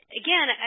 again